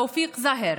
תאופיק זהר.